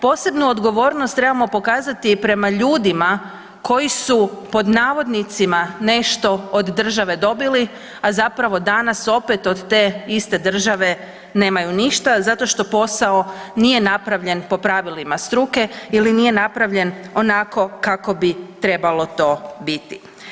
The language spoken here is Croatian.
Posebnu odgovornost trebamo pokazati prema ljudima koji su pod navodnicima nešto od države dobili, a zapravo danas opet od te iste države nemaju ništa zato što posao nije napravljen po pravilima struke ili nije napravljen onako kako bi trebalo to biti.